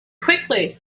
quickly